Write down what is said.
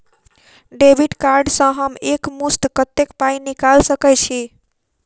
Debit card सँ हम एक मुस्त कत्तेक पाई निकाल सकय छी?